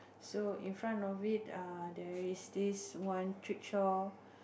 so in front of it err there is this one trishaw